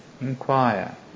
inquire